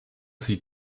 sie